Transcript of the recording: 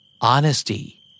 Honesty